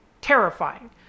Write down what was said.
terrifying